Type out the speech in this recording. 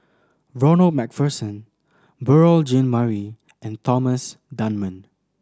Ronald Macpherson Beurel Jean Marie and Thomas Dunman